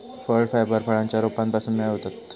फळ फायबर फळांच्या रोपांपासून मिळवतत